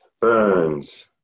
Burns